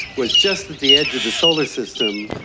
was just at the edge of the solar system,